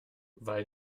weil